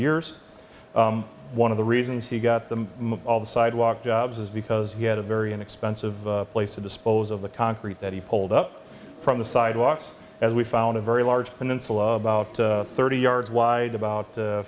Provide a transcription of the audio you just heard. years one of the reasons he got them all the sidewalk jobs is because he had a very inexpensive place to dispose of the concrete that he pulled up from the sidewalks as we found a very large peninsula about thirty yards wide about